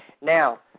Now